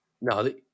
No